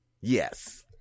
Yes